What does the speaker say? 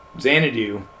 Xanadu